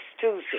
Tuesday